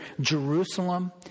Jerusalem